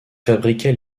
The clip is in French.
fabriquait